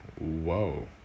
Whoa